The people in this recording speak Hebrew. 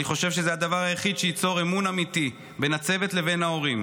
אני חושב שזה הדבר היחיד שייצור אמון אמיתי בין הצוות לבין ההורים.